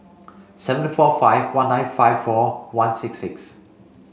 seven four five one nine five four one six six